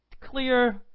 clear